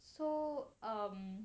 so um